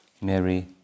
Mary